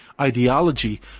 ideology